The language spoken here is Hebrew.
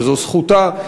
וזו זכותה,